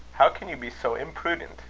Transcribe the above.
how can you be so imprudent!